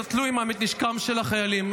המחבלים נטלו את נשקם של החיילים,